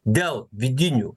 dėl vidinių